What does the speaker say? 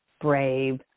brave